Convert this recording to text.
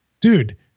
dude